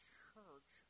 church